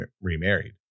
remarried